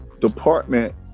department